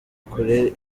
kure